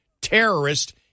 terrorist